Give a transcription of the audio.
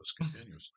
continuously